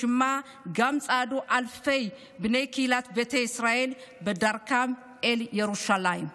בשמה צעדו גם אלפי בני קהילת ביתא ישראל בדרכם אל ירושלים,